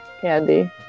candy